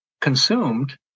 consumed